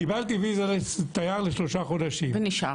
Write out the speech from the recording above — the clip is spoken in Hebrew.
אם קיבלתי ויזה של תייר לשלושה חודשים בארצות הברית.